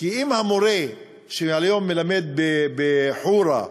כי אם המורֶה שהיום מלמד בחורה,